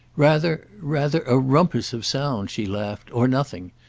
rather, rather a rumpus of sound, she laughed, or nothing.